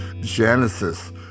Genesis